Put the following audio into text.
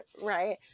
right